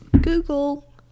Google